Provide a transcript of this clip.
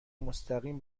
مستقیم